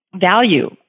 value